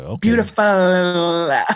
Beautiful